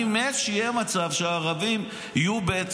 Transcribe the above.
אני מת שיהיה מצב שליהודים יהיו את